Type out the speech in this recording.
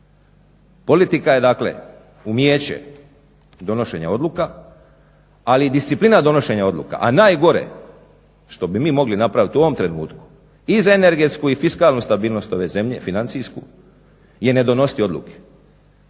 Politika je dakle, umijeće donošenja odluka ali i disciplina donošenja odluka. A najgore što bi mi mogli napraviti u ovom trenutku i za energetsku i fiskalnu stabilnost ove zemlje, financijsku je ne donositi odluke.